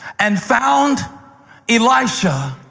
and found elisha,